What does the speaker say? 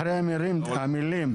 אחרי המילים,